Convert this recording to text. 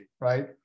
right